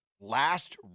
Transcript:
Last